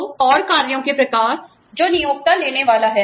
तो और कार्यों के प्रकार जो नियोक्ता लेने वाला है